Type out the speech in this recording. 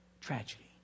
tragedy